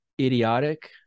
idiotic